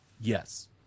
yes